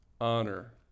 honor